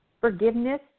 forgiveness